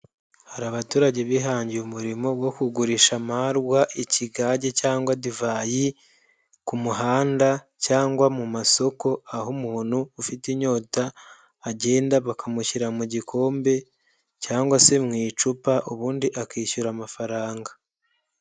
Hari abaturage bihangiye umurimo wo kugurisha amarwa, ikigage cyangwa divayi ku muhanda, cyangwa mu masoko, aho umuntu ufite inyota agenda bakamushyirira mu gikombe cyangwag se mu icupa ubundi akishyura amafaranga.